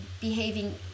behaving